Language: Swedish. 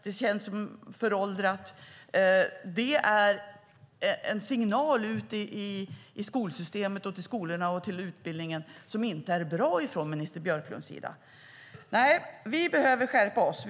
Det är föråldrat. Det är en signal från minister Björklunds sida till skolsystemet, till skolorna och utbildningen, som inte är bra. Nej, vi behöver skärpa oss.